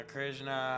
Krishna